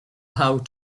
how